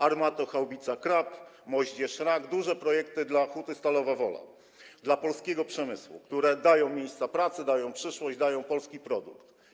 Armatohaubica Krab, moździerz Rak, duże projekty dla Huty Stalowa Wola, dla polskiego przemysłu, które dają miejsca pracy, dają przyszłość, dają polski produkt.